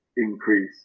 increase